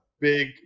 big